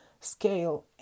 scale